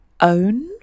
own